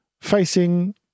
facing